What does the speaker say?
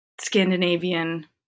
Scandinavian